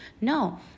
No